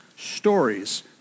stories